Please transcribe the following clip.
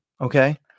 Okay